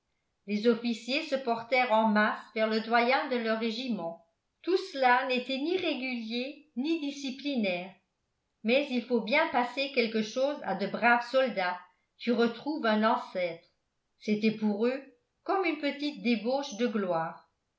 les officiers se portèrent en masse vers le doyen de leur régiment tout cela n'était ni régulier ni disciplinaire mais il faut bien passer quelque chose à de braves soldats qui retrouvent un ancêtre c'était pour eux comme une petite débauche de gloire